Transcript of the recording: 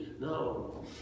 no